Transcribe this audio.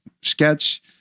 sketch